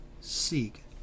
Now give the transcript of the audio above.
seek